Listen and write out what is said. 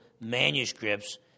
manuscripts